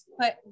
put